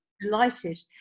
Delighted